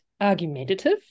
argumentative